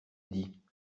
dit